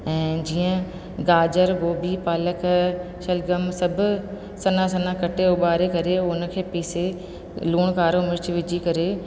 ऐं जीअं गाजर गोभी पालक शलगम सभु सन्हा सन्हा कटे उबारे करे उन खे पीसे लूणु कारो मिर्च विझी करे